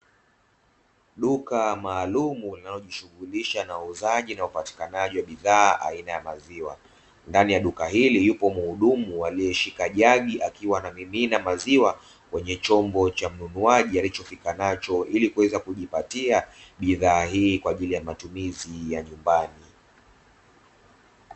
Duka maalumu linalojishughulisha na uuzaji na upatikanaji wa bidhaa aina ya maziwa, ndani ya duka hili yupo mhudumu aliyeshika jagi akiwa na mimina maziwa kwenye chombo cha mnunuaji alichofikanacho ili kuweza kujipatia bidhaa hii kwa ajili ya matumizi ya nyumbani.